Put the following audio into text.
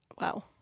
wow